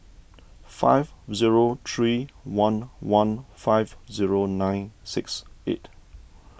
five zero three one one five zero nine six eight